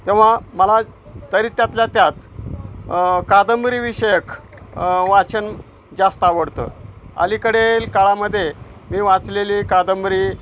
तेव्हा मला तरी त्यातल्या त्यात कादंबरी विषयक वाचन जास्त आवडतं अलीकडील काळामध्ये मी वाचलेली कादंबरी